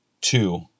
Two